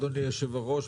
אדוני היושב-ראש,